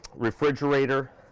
refrigerator,